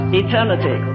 eternity